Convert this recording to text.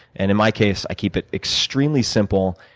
and in my case, i keep it extremely simple,